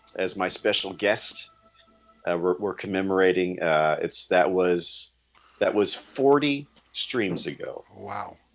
as my special guest and we're we're commemorating its that was that was forty streams ago wow?